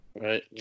Right